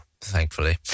thankfully